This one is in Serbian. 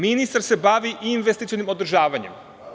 Ministar se bavi investicionim održavanjem.